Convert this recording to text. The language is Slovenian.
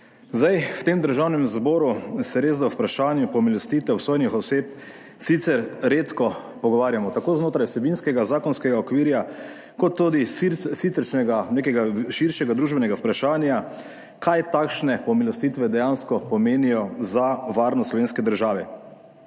Zdaj v tem Državnem zboru se res, da o vprašanju pomilostitev sodnih oseb sicer redko pogovarjamo, tako znotraj vsebinskega, zakonskega okvirja, kot tudi siceršnjega nekega širšega družbenega vprašanja, kaj takšne pomilostitve dejansko pomenijo za varnost slovenske države.